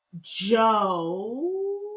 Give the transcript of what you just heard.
Joe